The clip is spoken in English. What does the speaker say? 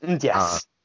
Yes